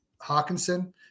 Hawkinson